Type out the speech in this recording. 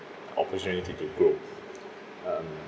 opportunity to grow um